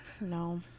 No